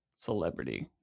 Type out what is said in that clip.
celebrity